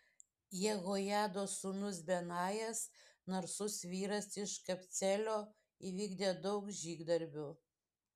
jehojados sūnus benajas narsus vyras iš kabceelio įvykdė daug žygdarbių